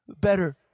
Better